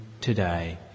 today